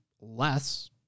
less